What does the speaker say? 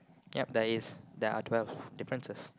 yup there is there are twelve differences